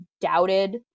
doubted